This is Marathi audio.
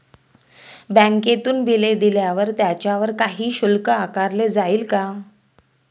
बँकेतून बिले दिल्यावर त्याच्यावर काही शुल्क आकारले जाईल का?